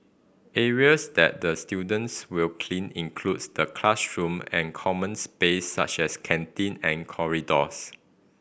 areas that the students will clean includes the classroom and common space such as canteen and corridors